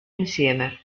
insieme